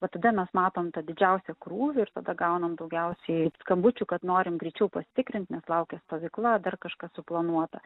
va tada mes matom tą didžiausią krūvį ir tada gaunam daugiausiai skambučių kad norim greičiau pasitikrint nes laukia stovykla dar kažkas suplanuota